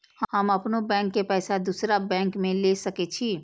हम अपनों बैंक के पैसा दुसरा बैंक में ले सके छी?